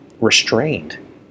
restrained